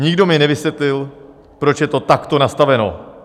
Nikdo mi nevysvětlil, proč je to takto nastaveno.